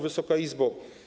Wysoka Izbo!